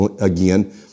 again